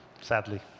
sadly